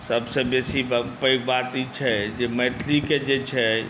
सभसँ बेसी पैघ बात ई छै जे मैथिलीके जे छै